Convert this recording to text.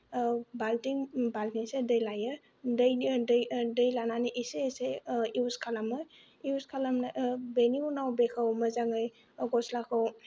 औ बाल्थिं बाल्थिं से दै लायो दै दै लानानै एसे एसे इउज खालामो इउज खालामनो बेनि उनाव बेखौ मोजाङै गस्लाखौ